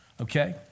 Okay